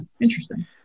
interesting